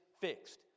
fixed